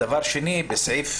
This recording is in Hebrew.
דבר שני, בסעיף